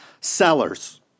sellers